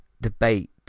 debate